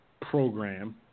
program